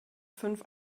fünf